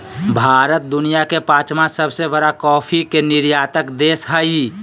भारत दुनिया के पांचवां सबसे बड़ा कॉफ़ी के निर्यातक देश हइ